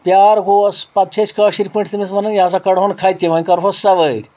پیار گووَس پتہٕ چھِ أسۍ کٲشر پٲٹھۍ تٔمِس ونان یہِ ہسا کڑہوٚن کھتہِ ونۍ کرہوس سوٲرۍ